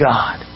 God